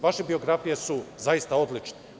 Vaše biografije su zaista odlične.